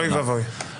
אוי ואבוי.